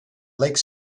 lake